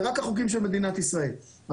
זה רק החוקים של מדינת ישראל.